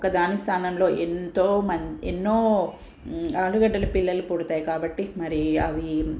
ఒకదాని స్థానంలో ఎంతోమంది ఎన్నో ఆలుగడ్డల పిల్లలు పుడతాయి కాబట్టి మరి అవి